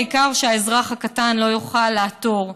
העיקר שהאזרח הקטן לא יוכל לעתור,